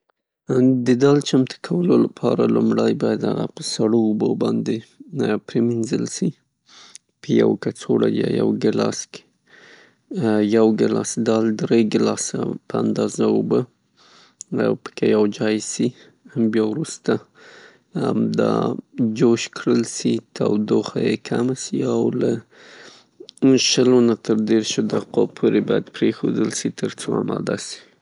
د دال چمتو کولو د پاره لومړی باید هغه په سړو اوبو باندې پرېمینځل سي، په یو کڅوړه یا یو ګیلاس کې یو ګیلاس دال، دری ګیلاسه په اندازه اوبه او پکې یوځای شي، او بیا وروسته همدا جوش کړل سي، تودوخه یې کمه سي، او له شلو نه تر دیرشو دقو پورې پریښودل سي تر څو اماده سي.